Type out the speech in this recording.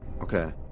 Okay